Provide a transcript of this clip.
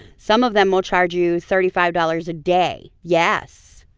some of them will charge you thirty five dollars a day. yes,